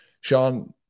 sean